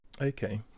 okay